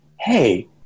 hey